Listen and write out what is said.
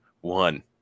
One